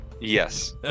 Yes